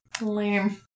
Lame